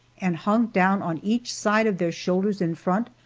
and hung down on each side of their shoulders in front,